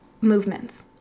movements